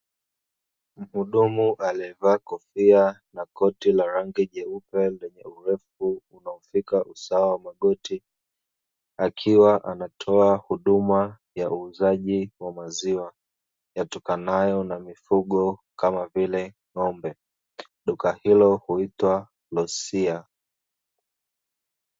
Mhudumu alievaa kofia na koti la rangi jeupe lenye urefu unaofika usawa wa magoti, akiwa anatoa huduma ya uuzaji wa maziwa yatokanayo na mifugo kama vile ng'ombe, duka hilo huitwa "LOSIAN".